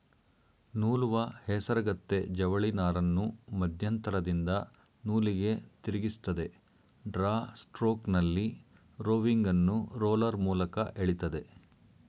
ನೂಲುವ ಹೇಸರಗತ್ತೆ ಜವಳಿನಾರನ್ನು ಮಧ್ಯಂತರದಿಂದ ನೂಲಿಗೆ ತಿರುಗಿಸ್ತದೆ ಡ್ರಾ ಸ್ಟ್ರೋಕ್ನಲ್ಲಿ ರೋವಿಂಗನ್ನು ರೋಲರ್ ಮೂಲಕ ಎಳಿತದೆ